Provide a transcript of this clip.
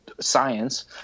science